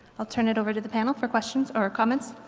i'll turn it over to the panel for questions or comments.